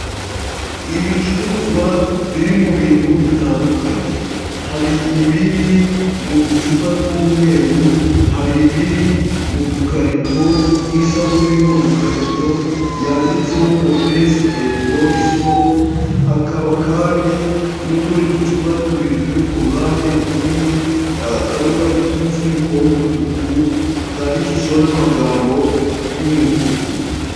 Ibicuruzwa biri mu bintu bitandukanye, hari ibiri mu ducupa tw'umweru, hari ibiri mu dukarito nk'isabune irimo udukarito, yanditseho ngo: " fesi endi bodi sopu", hakaba kandi n'utundi ducupa tubiri turi ku ruhande tunini, kamwe gafite umuvufuniko w'umutuku kandikishijeho n'amagambo y'umutuku.